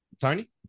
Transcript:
Tony